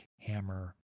hammer